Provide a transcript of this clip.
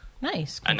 Nice